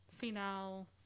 final